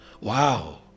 Wow